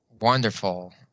wonderful